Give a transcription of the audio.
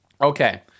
Okay